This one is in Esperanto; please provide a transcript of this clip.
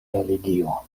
religio